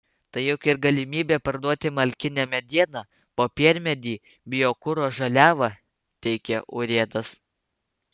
tai juk ir galimybė parduoti malkinę medieną popiermedį biokuro žaliavą teigė urėdas